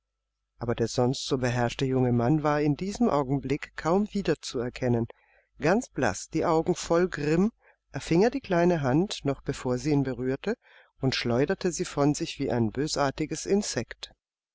aber der sonst so beherrschte junge mann war in diesem augenblick kaum wieder zu erkennen ganz blaß die augen voll grimm erfing er die kleine hand noch bevor sie ihn berührte und schleuderte sie von sich wie ein bösartiges insekt